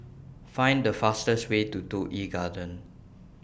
Find The fastest Way to Toh Yi Garden